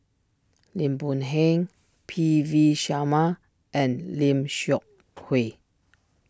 Lim Boon Heng P V Sharma and Lim Seok Hui